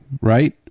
right